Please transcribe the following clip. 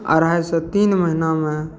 अढ़ाइसे तीन महिनामे